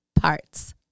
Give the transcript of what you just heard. parts